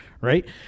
right